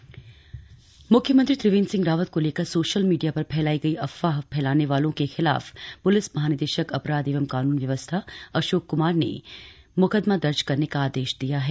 अफवाह मुख्यमंत्री त्रिवेंद्र सिंह रावत को लेकर सोशल मीडिया पर फैलाई गई अफवाह फैलाने वालों के खिलाफ प्लिस महानिदेशक अपराध एवं कानून व्यवस्था अशोक क्मार ने मुकदमा दर्ज करने का आदेश दिया है